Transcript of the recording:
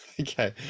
Okay